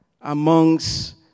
amongst